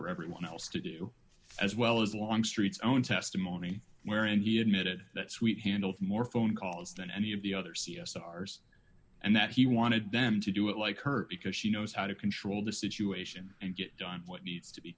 for everyone else to do as well as longstreet's own testimony wherein he admitted that suite handled more phone calls than any of the other c s hours and that he wanted them to do it like her because she knows how to control the situation and get done what needs to be